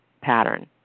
pattern